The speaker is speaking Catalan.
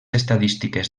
estadístiques